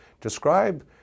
describe